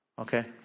Okay